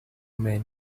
men